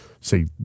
say